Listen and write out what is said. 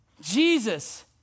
Jesus